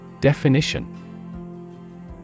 Definition